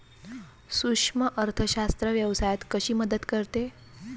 सूक्ष्म अर्थशास्त्र व्यवसायात कशी मदत करते?